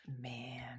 Man